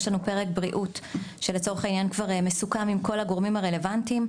יש לנו פרק בריאות שלצורך העניין כבר מסוכם עם כל הגורמים הרלוונטיים,